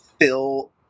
fill